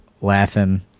laughing